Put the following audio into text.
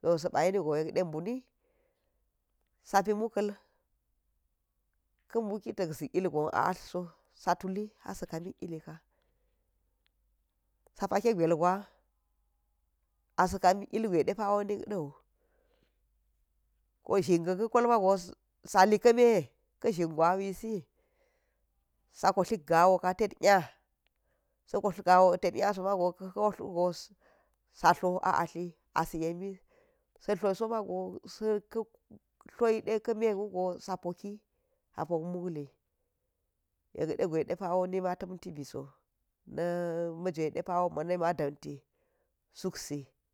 so sa̱ba̱ yemigo yet de bubuni, sapi mu kle ka̱mbuk ta̱k zi ilgo a atla so, sa tuli as kamik ilika, sa pake gwel gwa asa̱ kamik ilgwe ɗepawo nik da̱u, ko zhin ka̱n ka̱ kolmago sa li ka̱ neh ka̱ zhin gawisi sa̱ kwatli gawoka tet nya, sa̱ kwotle gawo tak nyaso mago ka̱ wattle wugo sad lo a’ atlie asa yami, sa dlo so mage ka̱ dloyrr de ka̱ me wugo sapoki sap ok mukli yek de gwe ɗepawo ni tam tib iso na ma̱ gwe depawo sa̱ ni ma ɗanti sule si